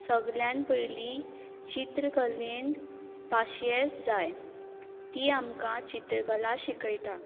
सगल्यान पयली चित्रकलेन पाशयेंस जाय ती आमकां चित्रकला शिकयता